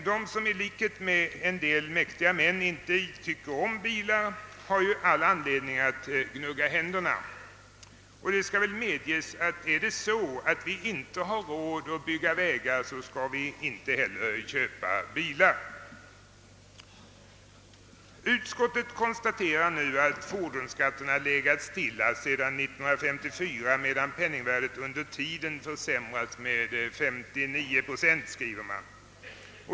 De som i likhet med en del mäktiga män inte tycker om bilar har all anledning att gnugga händerna, Det skall väl också medges, att har vi inte råd att bygga vägar, så skall vi inte heller köpa bilar. Utskottet konstaterade att fordonsskatten legat stilla sedan 1954, medan penningvärdet under tiden försämrats med 59 procent.